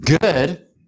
good